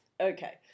Okay